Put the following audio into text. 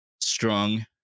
strong